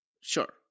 sure